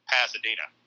Pasadena